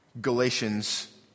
Galatians